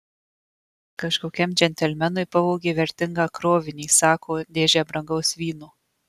kažkokiam džentelmenui pavogė vertingą krovinį sako dėžę brangaus vyno